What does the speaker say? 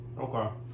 Okay